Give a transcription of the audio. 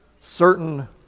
certain